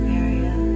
area